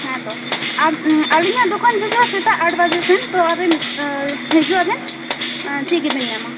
ᱛᱚ ᱟᱨ ᱟᱹᱞᱤᱧ ᱟᱜ ᱫᱳᱠᱟᱱ ᱡᱷᱤᱡᱚᱜᱼᱟ ᱥᱮᱛᱟᱜ ᱟᱴ ᱵᱟᱡᱮ ᱥᱮᱱ ᱛᱳ ᱟᱵᱮᱱ ᱦᱤᱡᱩᱜ ᱟᱵᱮᱱ ᱡᱷᱤᱡ ᱜᱮᱵᱤᱱ ᱧᱟᱢᱟ